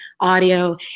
audio